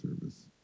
service